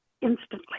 instantly